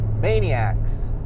maniacs